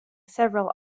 several